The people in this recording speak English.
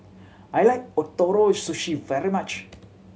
I like Ootoro Sushi very much